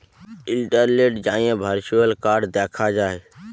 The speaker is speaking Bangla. ইলটারলেটে যাঁয়ে ভারচুয়েল কাড় দ্যাখা যায়